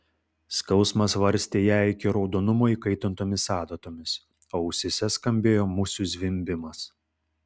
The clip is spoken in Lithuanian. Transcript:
skausmas varstė ją iki raudonumo įkaitintomis adatomis o ausyse skambėjo musių zvimbimas